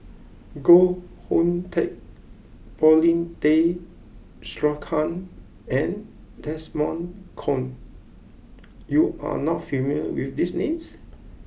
Koh Hoon Teck Paulin Tay Straughan and Desmond Kon you are not familiar with these names